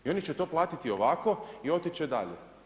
I oni će to platiti ovako i otići će dalje.